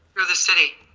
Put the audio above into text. through the city.